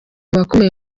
bakomeye